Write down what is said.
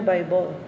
Bible